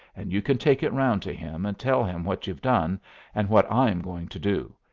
and you can take it around to him and tell him what you've done and what i am going to do,